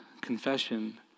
confession